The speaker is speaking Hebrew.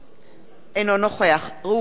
אינו נוכח ראובן ריבלין,